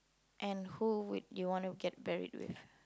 and who would you want to get burried with